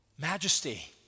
majesty